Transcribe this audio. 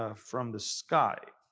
ah from the sky.